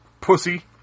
pussy